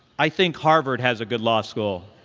i think harvard has a good law school.